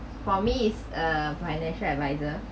for me is uh financial adviser